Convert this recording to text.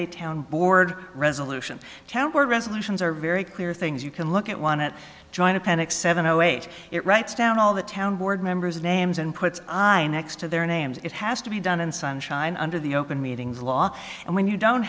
a town board resolution town where resolutions are very clear things you can look at want to join appendix seven o eight it writes down all the town board members names and puts i next to their names it has to be done in sunshine under the open meetings law and when you don't